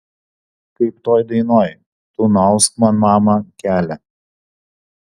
kaip toj dainoj tu nuausk man mama kelią